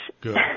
Good